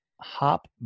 hop